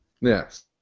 Yes